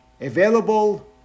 available